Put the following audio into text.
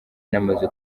namaze